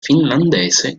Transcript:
finlandese